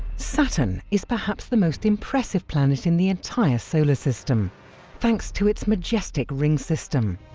saturn is perhaps the most impressive planet in the entire solar system thanks to its majestic ring system.